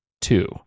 two